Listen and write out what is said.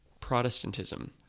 Protestantism